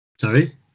sorry